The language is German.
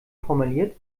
formuliert